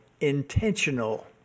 intentional